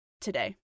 today